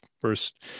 first